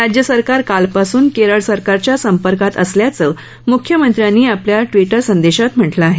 राज्यसरकार कालपासून केरळ सरकारच्या संपर्कात असल्याचं मुख्यमंत्र्यांनी आपल्या ट्विटर संदेशात म्हटलं आहे